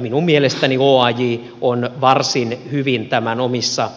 minun mielestäni oaj on varsin hyvin omissa